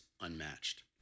unmatched